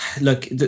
Look